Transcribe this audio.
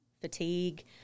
fatigue